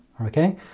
Okay